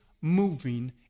moving